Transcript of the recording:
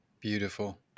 Beautiful